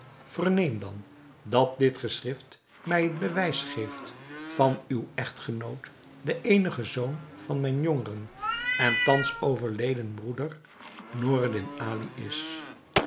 verneem dan dat dit geschrift mij het bewijs geeft dat uw echtgenoot de eenige zoon van mijn jongeren en thans overleden broeder noureddin ali is